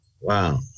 Wow